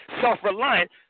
self-reliant